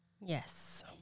Yes